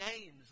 names